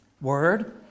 word